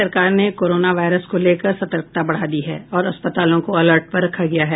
राज्य सरकार ने कोरोना वायरस को लेकर सतर्कता बढ़ा दी है और अस्पतालों को अलर्ट पर रखा गया है